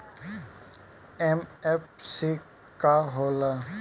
MFC का हो़ला?